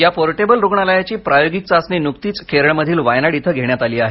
या पोर्टेबल रुग्णालयाची प्रायोगिक चाचणी नुकतीच केरळ मधील वायनाड इथं घेण्यात आली आहे